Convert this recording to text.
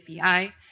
API